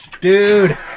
dude